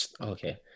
Okay